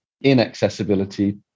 inaccessibility